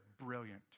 brilliant